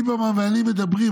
ליברמן ואני מדברים,